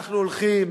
אנחנו הולכים